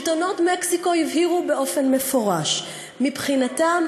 שלטונות מקסיקו הבהירו באופן מפורש: מבחינתם